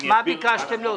נעולה.